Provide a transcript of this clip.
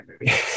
movie